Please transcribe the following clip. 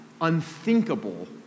unthinkable